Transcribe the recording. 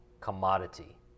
commodity